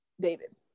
David